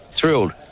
thrilled